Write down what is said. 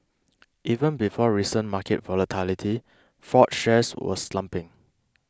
even before recent market volatility Ford's shares were slumping